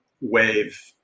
wave